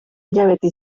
hilabete